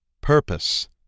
Purpose